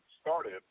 started